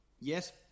Yes